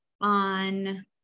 on